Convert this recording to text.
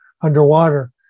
underwater